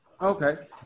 Okay